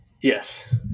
Yes